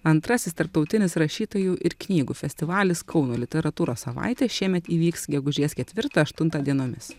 antrasis tarptautinis rašytojų ir knygų festivalis kauno literatūros savaitė šiemet įvyks gegužės ketvirtą aštuntą dienomis